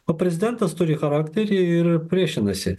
o prezidentas turi charakterį ir priešinosi